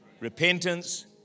Repentance